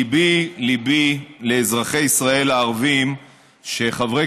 ליבי-ליבי עם אזרחי ישראל הערבים שחברי